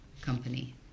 company